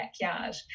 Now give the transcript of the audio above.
backyard